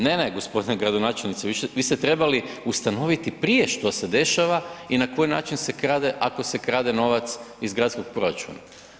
Ne, ne, g. gradonačelniče, vi ste trebali ustanoviti prije što se dešava i na koji način se krade, ako se krade novac iz gradskog proračuna.